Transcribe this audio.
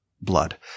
blood